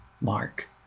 Mark